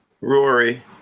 Rory